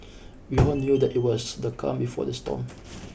we all knew that it was the calm before the storm